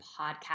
podcast